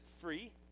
free